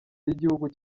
ry’igihugu